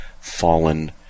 fallen